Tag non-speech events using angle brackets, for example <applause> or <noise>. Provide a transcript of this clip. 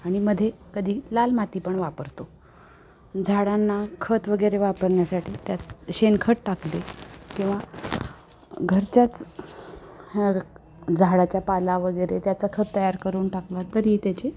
आणि मध्ये कधी लाल माती पण वापरतो झाडांना खत वगैरे वापरण्यासाठी त्यात शेणखत टाकले किंवा घरच्याच <unintelligible> झाडाच्या पाला वगैरे त्याचा खत तयार करून टाकलात तरीही त्याचे